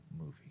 movie